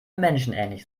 menschenähnlich